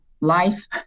life